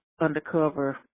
undercover